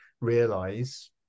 realize